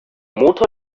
motor